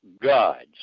gods